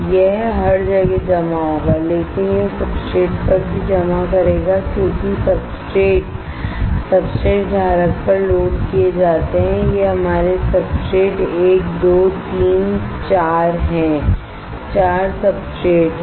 यह हर जगह जमा होगा लेकिन यह सब्सट्रेट पर भी जमा करेगा क्योंकि सब्सट्रेट सब्सट्रेट धारक पर लोड किए जाते हैं ये हमारे सब्सट्रेट 1 2 3 4 हैं 4 सब्सट्रेट हैं